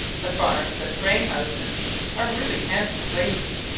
the farms and frame-houses are really handsome places,